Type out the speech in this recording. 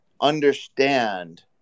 understand